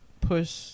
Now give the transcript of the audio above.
push